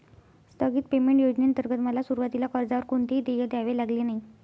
स्थगित पेमेंट योजनेंतर्गत मला सुरुवातीला कर्जावर कोणतेही देय द्यावे लागले नाही